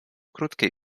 krótkiej